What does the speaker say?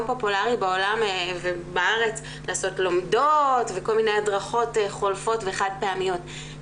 פופולרי בעולם ובארץ לעשות לומדות וכל מיני הדרכות חולפות וחד פעמיות.